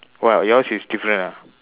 what yours is different ah